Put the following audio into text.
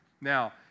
Now